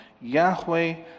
Yahweh